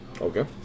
Okay